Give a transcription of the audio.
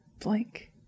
Blank